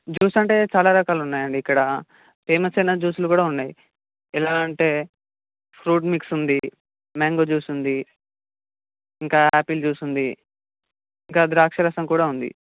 juice అంటే చాలా రకాలు ఉన్నాయి అండి ఇక్కడ ఫేమస్ అయిన జ్యూస్లు కూడా ఉన్నాయి ఎలా అంటే ఫ్రూట్ మిక్స్ ఉంది మ్యాంగో జ్యూస్ ఉంది ఇంకా ఆపిల్ జ్యూస్ ఉంది ఇంకా ద్రాక్ష రసం కూడా ఉంది